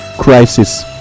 crisis